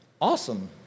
Awesome